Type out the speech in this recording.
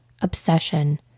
obsession